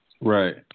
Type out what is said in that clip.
Right